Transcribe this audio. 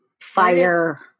fire